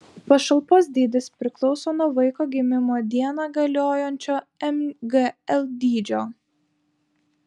pašalpos dydis priklauso nuo vaiko gimimo dieną galiojančio mgl dydžio